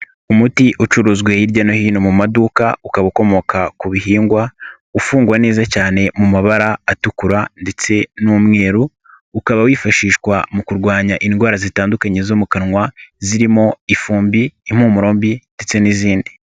Umuti ucuruzwa hirya no hino mu maduka ukaba ukomoka ku bihingwa, ufungwa neza cyane mu mabara atukura ndetse n'umweru, ukaba wifashishwa mu kurwanya indwara zitandukanye zo mu kanwa zirimo ifumbi, impumuro mbi ndetse n'izindi.